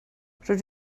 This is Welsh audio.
rydw